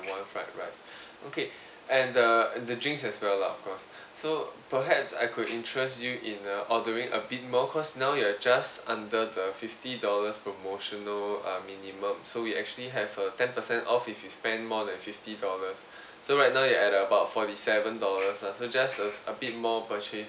one fried rice okay and the the drinks as well lah of course so perhaps I could interest you in uh ordering a bit more cause now you're just under the fifty dollars promotional uh minimum so we actually have a ten percent off if you spend more than fifty dollars so right now you at about forty seven dollars ah so just uh a bit more purchase